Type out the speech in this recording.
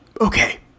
Okay